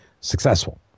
successful